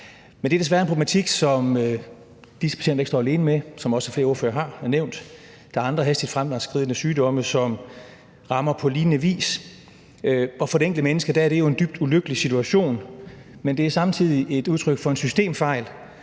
Men det er desværre en problematik, som disse patienter ikke står alene med. Som flere ordførere også har nævnt, er der andre hastigt fremadskridende sygdomme, som rammer på lignende vis, og for det enkelte menneske er det jo en dybt ulykkelig situation, men det er samtidig et udtryk for en systemfejl,